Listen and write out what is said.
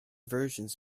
versions